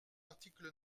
article